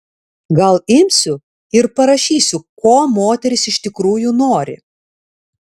gal imsiu ir parašysiu ko moterys iš tikrųjų nori